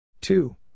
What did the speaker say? two